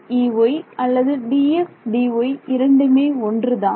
E Ey அல்லது Dx Dy இரண்டுமே ஒன்றுதான்